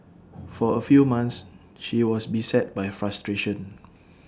for A few months she was beset by frustration